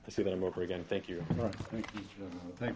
to see them over again thank you thank